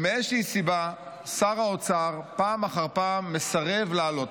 ומאיזושהי סיבה שר האוצר פעם אחר פעם מסרב להעלות אותה.